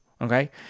okay